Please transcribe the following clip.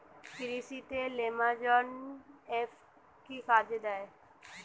কৃষি তে নেমাজল এফ কি কাজে দেয়?